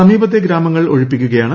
സമീപത്തെ ഗ്രാമങ്ങൾ ഒഴിപ്പിക്കുകയാണ്